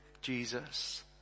Jesus